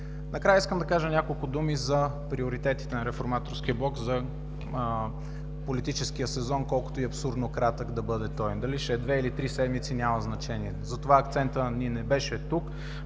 Накрая искам да кажа няколко думи за приоритетите на Реформаторския блок за политическия сезон, колкото и абсурдно кратък да бъде той – дали ще е две или три седмици, няма значение. Затова акцентът ни не беше тук,